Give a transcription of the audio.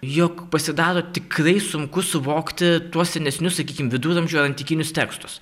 jog pasidaro tikrai sunku suvokti tuos senesnius sakykim viduramžių ar antikinius tekstus